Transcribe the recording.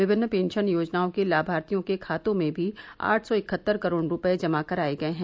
विभिन्न पेंशन योजनाओं के लाभार्थियों के खातों में भी आठ सौ इकहत्तर करोड रुपए जमा कराए गए हैं